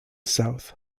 south